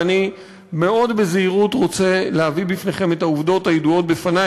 ואני מאוד בזהירות רוצה להביא בפניכם את העובדות הידועות לי,